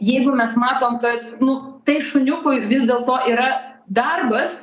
jeigu mes matom kad nu tai šuniukui vis dėlto yra darbas